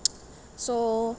so